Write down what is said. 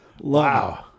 Wow